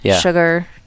sugar